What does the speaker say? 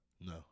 No